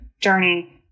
journey